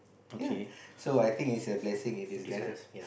ya so I think is a blessing in disguise lah